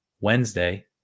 Wednesday